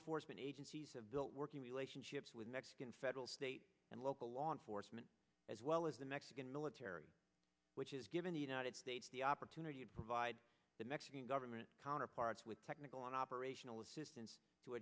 enforcement agencies have built working relationships with mexican federal state and local law enforcement as well as the mexican military which is given the united states the opportunity to provide the mexican government counterparts with technical on operational assistance to